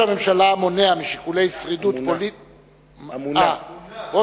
מונע משיקולי שרידות פוליטית, מונע, בשורוק.